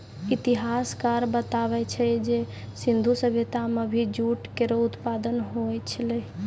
इतिहासकार बताबै छै जे सिंधु सभ्यता म भी जूट केरो उत्पादन होय छलै